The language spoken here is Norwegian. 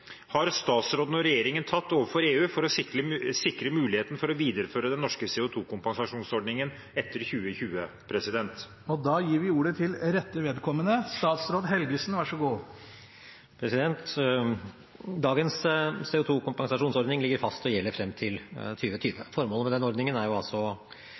har statsråden og regjeringen tatt overfor EU for å sikre muligheten for å videreføre den norske CO 2 -kompensasjonsordningen?» Dagens CO 2 -kompensasjonsordning ligger fast og gjelder frem til 2020. Formålet med denne ordningen er